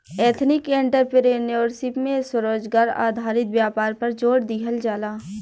ethnic entrepreneurship में स्वरोजगार आधारित व्यापार पर जोड़ दीहल जाला